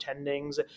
attendings